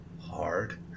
hard